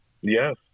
Yes